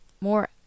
more